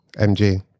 MG